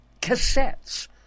cassettes